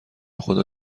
خدا